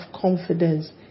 confidence